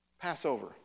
Passover